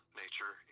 nature